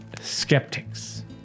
skeptics